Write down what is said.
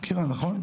מכירה, נכון?